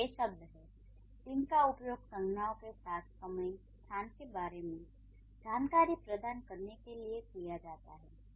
ये वे शब्द हैं जिनका उपयोग संज्ञाओं के साथ समय स्थान के बारे में जानकारी प्रदान करने के लिए किया जाता है